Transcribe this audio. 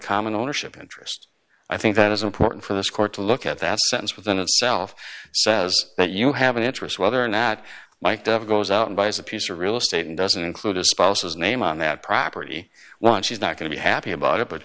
common ownership interest i think that is important for this court to look at that sense within itself says that you have an interest whether or not like the goes out and buys a piece of real estate and doesn't include a spouse's name on that property when she's not going to be happy about it but